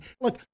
Look